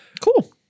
Cool